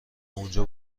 اونجا